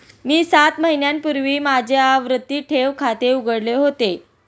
मी सात महिन्यांपूर्वी माझे आवर्ती ठेव खाते उघडले होते